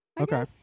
Okay